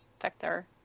vector